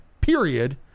period